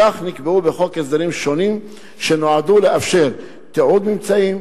כמו כן נקבעו בחוק הסדרים שונים שנועדו לאפשר תיעוד ממצאים,